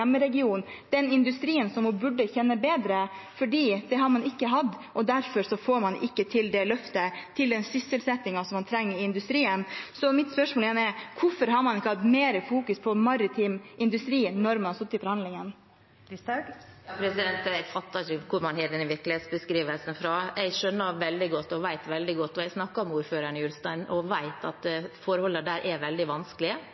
den industrien hun burde kjenne bedre. Det har man ikke hatt, og derfor får man ikke til det løftet til den sysselsettingen man trenger i industrien. Så mitt spørsmål er: Hvorfor har man ikke hatt mer fokus på maritim industri når man har sittet i forhandlingene? Jeg fatter ikke hvor man har denne virkelighetsbeskrivelsen fra. Jeg har snakket med ordføreren i Ulstein og vet veldig godt